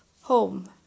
home